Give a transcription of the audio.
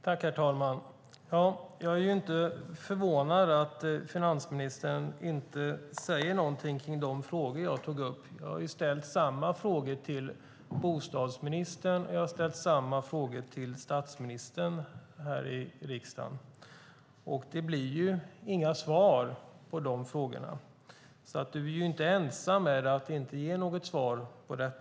Herr talman! Jag är inte förvånad över att finansministern inte säger något kring de frågor som jag tog upp. Jag har ställt samma frågor till bostadsministern och statsministern här i riksdagen. Men det blir inga svar på de frågorna. Du är inte ensam om att inte ge något svar.